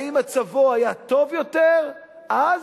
האם מצבו היה טוב יותר אז,